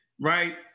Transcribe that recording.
right